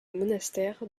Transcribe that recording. monastère